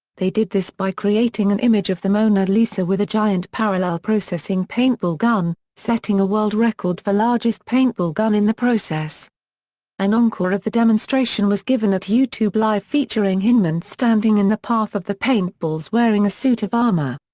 they did this by creating an image of the mona lisa with a giant parallel processing paintball gun, setting a world record for largest paintball gun in the process an encore of the demonstration was given at youtube live featuring hyneman standing in the path of the paintballs wearing a suit of armor.